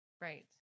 Right